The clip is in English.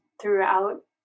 throughout